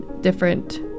different